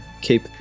keep